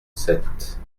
sept